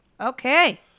Okay